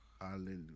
Hallelujah